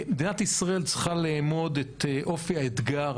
מדינת ישראל צריכה לאמוד את אופי האתגר